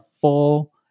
full